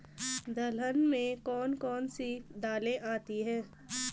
दलहन में कौन कौन सी दालें आती हैं?